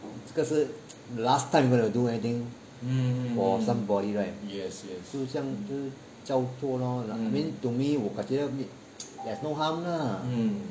这个是 last time you are going to do anything for somebody right 这样就照做 lor to me 我觉得 there's no harm lah